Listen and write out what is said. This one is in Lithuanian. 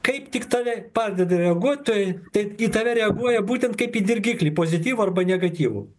kaip tik tave pradeda reaguot tai tai į tave reaguoja būtent kaip į dirgiklį pozityvų arba negatyvų